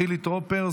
חילי טרופר,